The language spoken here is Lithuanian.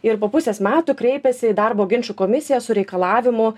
ir po pusės metų kreipėsi į darbo ginčų komisiją su reikalavimu